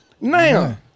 Now